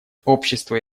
общество